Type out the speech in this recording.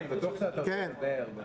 -- מיקי, אני בטוח שאתה עוד תדבר.